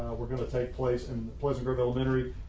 were going to take place in pleasant grove elementary,